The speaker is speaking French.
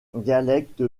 dialecte